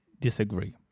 disagree